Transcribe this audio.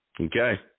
Okay